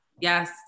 Yes